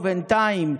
ובינתיים.